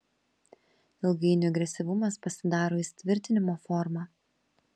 ilgainiui agresyvumas pasidaro įsitvirtinimo forma